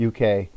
UK